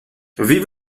vive